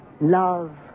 love